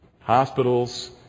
Hospitals